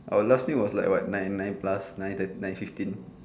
our last meal was like what nine nine plus nine thirt~ nine fifteen